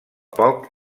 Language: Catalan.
poc